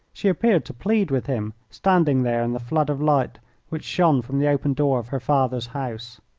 she appeared to plead with him, standing there in the flood of light which shone from the open door of her father's house.